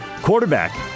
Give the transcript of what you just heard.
quarterback